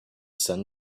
sun